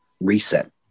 reset